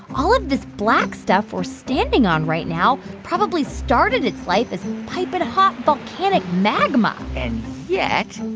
all of this black stuff we're standing on right now probably started its life as piping-hot volcanic magma and yet,